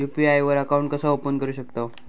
UPI वर account कसा open करू शकतव?